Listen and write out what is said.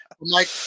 Mike